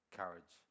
courage